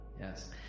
Yes